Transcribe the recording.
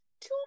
two